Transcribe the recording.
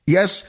Yes